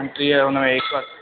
पंटीह हुन में एकहठि